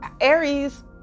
Aries